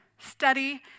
study